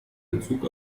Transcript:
bezug